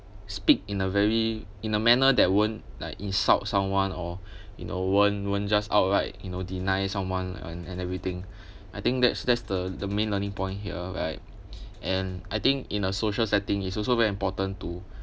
speak in a very in a manner that won't like insult someone or you know won't won't just outright you know deny someone and and everything I think that's that's the the main learning point here right and I think in a social setting is also very important to